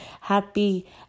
happy